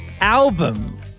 Album